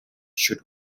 should